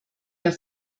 der